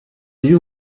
you